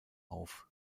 auf